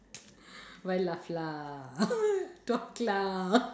why laugh lah talk lah